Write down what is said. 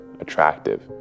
attractive